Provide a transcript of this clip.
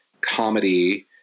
comedy